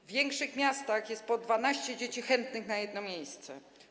W większych miastach jest po 12 dzieci na jedno miejsce.